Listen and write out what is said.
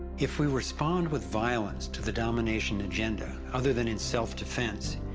if we respond with violence to the domination agenda, other than in self-defense,